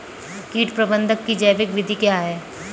कीट प्रबंधक की जैविक विधि क्या है?